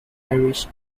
irish